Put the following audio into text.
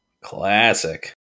Classic